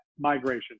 migration